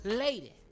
lady